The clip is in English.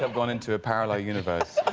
one into a parallel universe